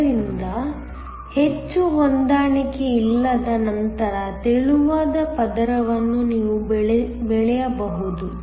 ಆದ್ದರಿಂದ ಹೆಚ್ಚು ಹೊಂದಾಣಿಕೆಯಿಲ್ಲದ ನಂತರ ತೆಳುವಾದ ಪದರವನ್ನು ನೀವು ಬೆಳೆಯಬಹುದು